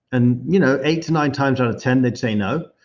and you know eight to nine times out of ten they'd say no,